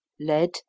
lead